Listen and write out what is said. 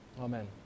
Amen